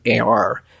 AR